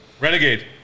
Renegade